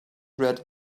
read